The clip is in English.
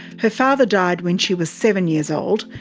her father died when she was seven years old,